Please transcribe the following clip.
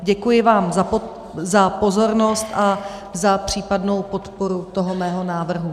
Děkuji vám za pozornost a za případnou podporu toho mého návrhu.